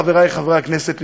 חברי חברי הכנסת,